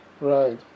Right